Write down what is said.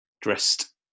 dressed